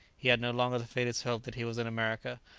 he had no longer the faintest hope that he was in america,